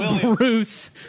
Bruce